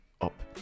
up